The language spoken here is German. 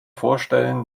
vorstellen